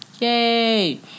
yay